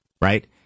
right